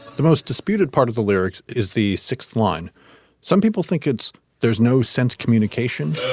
the most disputed part of the lyrics is the sixth line some people think it's there's no sense communication